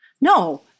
No